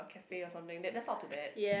or cafe or something that's that's not too bad